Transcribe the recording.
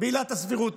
בעילת הסבירות,